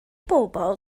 bobl